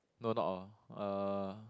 no not all uh